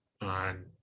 on